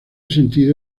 sentido